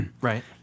Right